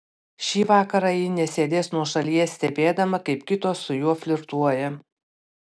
šį vakarą ji nesėdės nuošalyje stebėdama kaip kitos su juo flirtuoja